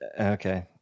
okay